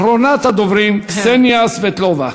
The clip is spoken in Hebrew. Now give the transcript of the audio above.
אחרונת הדוברים, קסניה סבטלובה.